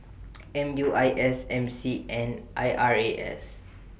M U I S M C and I R A S